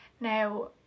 now